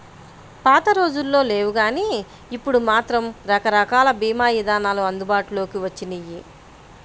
పాతరోజుల్లో లేవుగానీ ఇప్పుడు మాత్రం రకరకాల భీమా ఇదానాలు అందుబాటులోకి వచ్చినియ్యి